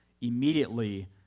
immediately